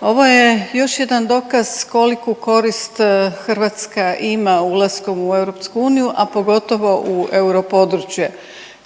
Ovo je još jedan dokaz koliku korist Hrvatska ima ulaskom u EU, a pogotovo u europodručje.